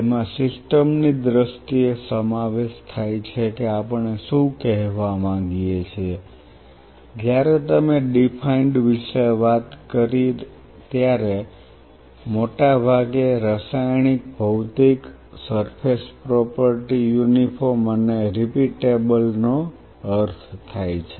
જેમાં સિસ્ટમ ની દ્રષ્ટિએ સમાવેશ થાય છે કે આપણે શું કહેવા માંગીએ છીએ જ્યારે તમે ડીફાઈન્ડ વિશે વાત કરી ત્યારે આપણે મોટા ભાગે રાસાયણિક ભૌતિક સરફેસ પ્રોપર્ટી યુનિફોર્મ અને રિપીટેબલ નો અર્થ થાય છે